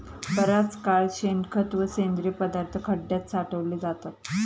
बराच काळ शेणखत व सेंद्रिय पदार्थ खड्यात साठवले जातात